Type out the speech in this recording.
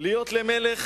להיות למלך,